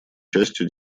частью